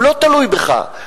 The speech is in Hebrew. הוא לא תלוי בך,